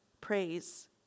praise